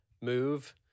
move